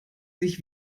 sich